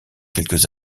quelques